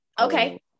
Okay